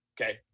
Okay